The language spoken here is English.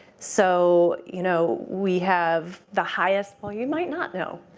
so, you know we have the highest well, you might not know.